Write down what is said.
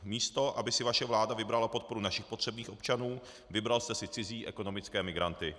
Místo aby si vaše vláda vybrala podporu našich potřebných občanů, vybral jste si cizí ekonomické migranty.